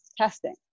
testing